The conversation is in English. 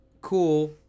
cool